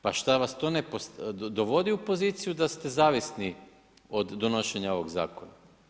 Pa šta vas to ne dovodi u poziciju da ste zavisni od donošenja ovog zakona?